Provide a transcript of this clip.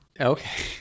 Okay